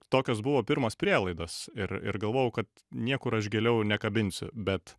tokios buvo pirmos prielaidos ir ir galvojau kad niekur aš giliau nekabinsiu bet